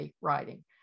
writing